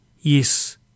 Yes